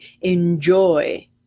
enjoy